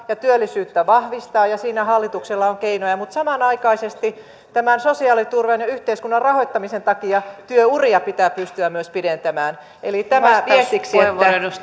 ja työllisyyttä vahvistaa ja siinä hallituksella on keinoja mutta samanaikaisesti tämän sosiaaliturvan ja yhteiskunnan rahoittamisen takia työuria pitää pystyä myös pidentämään tämä siksi